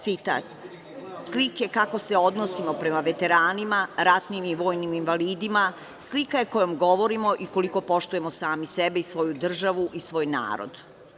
Citat: „Slike kako se odnosimo prema veteranima, ratnim i vojnim invalidima, slika je kojom govorimo i koliko poštujemo sami sebe i svoju državu i svoj narod“